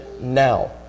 now